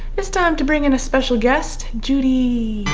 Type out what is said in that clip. it's time to bring in a special guest judy